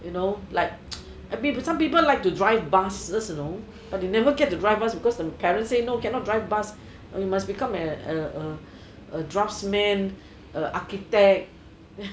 you know like some people like to drive buses you know but they never get to drive bus because their parents say no you must become a draftsmen an architect